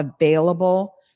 available